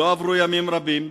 לא עברו ימים רבים,